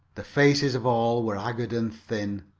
the faces of all were haggard and thin.